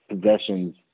possessions